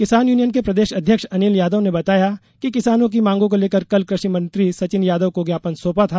किसान यूनियन के प्रदेश अध्यक्ष अनिल यादव ने बताया कि किसानों की मांगों को लेकर कल कृषि मंत्री सचिन यादव को ज्ञापन सौंपा था